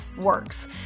works